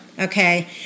Okay